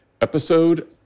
Episode